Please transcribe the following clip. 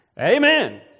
Amen